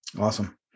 Awesome